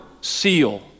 seal